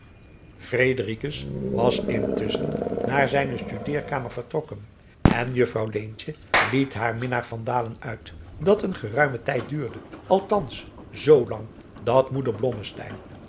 was intusschen naar zijne studeerkamer vertrokken en juffrouw leentje liet haar minnaar van dalen uit dat een geruimen tijd duurde althans zoo lang dat moeder